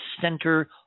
center